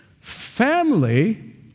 Family